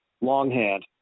longhand